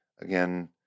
again